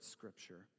Scripture